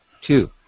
two